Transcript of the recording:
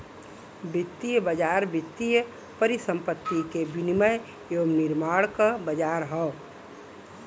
वित्तीय बाज़ार वित्तीय परिसंपत्ति क विनियम एवं निर्माण क बाज़ार हौ